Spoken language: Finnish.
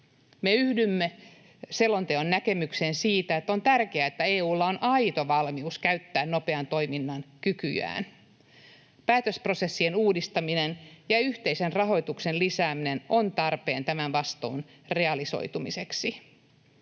Me yhdymme selonteon näkemykseen siitä, että on tärkeää, että EU:lla on aito valmius käyttää nopean toiminnan kykyään. Päätösprosessien uudistaminen ja yhteisen rahoituksen lisääminen on tarpeen tämän vastuun realisoitumiseksi.